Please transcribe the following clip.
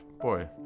boy